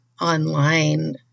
online